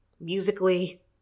Musically